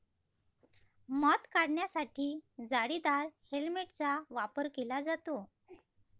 मध काढण्यासाठी जाळीदार हेल्मेटचा वापर केला जातो